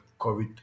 COVID